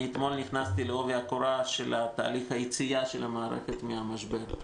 אני נכנסתי אתמול לעובי הקורה של תהליך היציאה של המערכת מהמשבר.